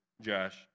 Josh